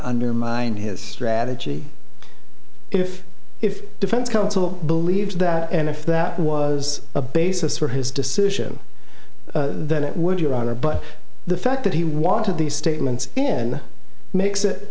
undermine his strategy if if defense counsel believes that and if that was a basis for his decision then it would your honor but the fact that he wanted these statements in makes it